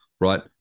right